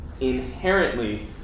inherently